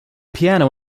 piano